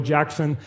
Jackson